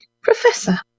Professor